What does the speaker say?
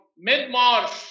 mid-March